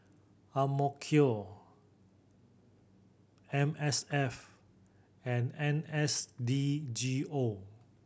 Amico M S F and N S D G O